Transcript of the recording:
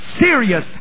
serious